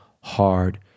hard